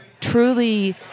truly